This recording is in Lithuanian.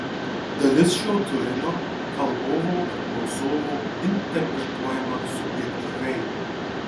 dalis šio turinio kalbovo ir klausovo interpretuojama subjektyviai